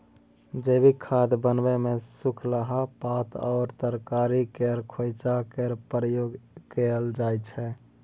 जैबिक खाद बनाबै मे सुखलाहा पात आ तरकारी केर खोंइचा केर प्रयोग कएल जाइत छै